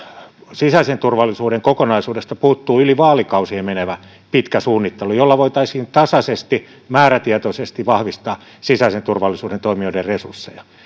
sisäisen turvallisuuden kokonaisuudesta puuttuu yli vaalikausien menevä pitkä suunnittelu jolla voitaisiin tasaisesti määrätietoisesti vahvistaa sisäisen turvallisuuden toimijoiden resursseja